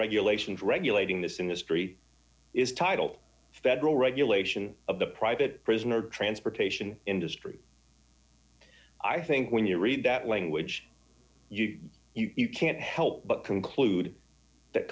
regulations regulating this industry is title federal regulation of the private prison or transportation industry i think when you read that language you can't help but conclude that